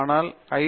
ஆனால் ஐ